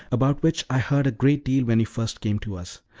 about which i heard a great deal when you first came to us.